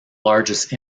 largest